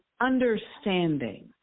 understanding